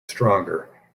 stronger